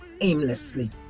aimlessly